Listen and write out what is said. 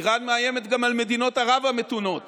איראן מאיימת גם על מדינות ערב המתונות